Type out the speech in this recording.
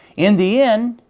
in the end,